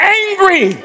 angry